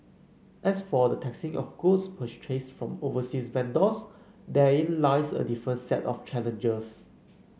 as for the taxing of goods purchased from overseas vendors therein lies a different set of challenges